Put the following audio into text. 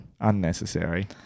Unnecessary